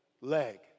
leg